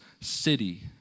city